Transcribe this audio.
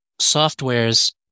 softwares